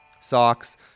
Socks